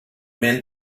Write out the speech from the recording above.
men